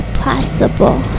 possible